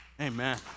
Amen